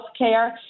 healthcare